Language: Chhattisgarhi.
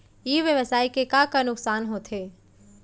ई व्यवसाय के का का नुक़सान होथे?